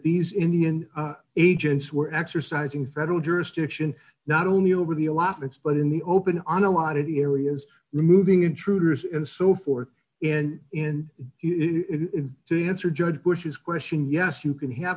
these indian agents were exercising federal jurisdiction not only over the allotments but in the open on a lot of the areas removing intruders and so forth and in it to answer judge bush's question yes you can have